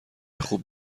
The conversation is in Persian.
خوب